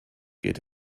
geht